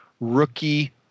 rookie